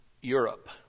Europe